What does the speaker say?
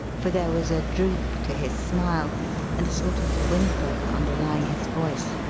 for there was a droop to his smile and a sort of whimper underlying his voice,